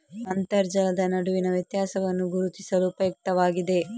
ಅಂತರ್ಜಲದ ನಡುವಿನ ವ್ಯತ್ಯಾಸವನ್ನು ಗುರುತಿಸಲು ಉಪಯುಕ್ತವಾಗಿದೆ